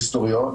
אני היסטוריון,